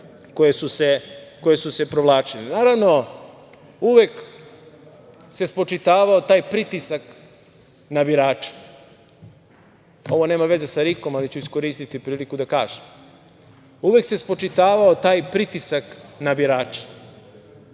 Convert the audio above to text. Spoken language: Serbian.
koje su se provlačile. Naravno, uvek se spočitavao taj pritisak na birače. Ovo nema veze sa RIK-om, ali ću iskoristiti priliku da kažem. Uvek se spočitavao taj pritisak na birače.